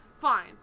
fine